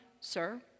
Sir